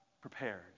prepared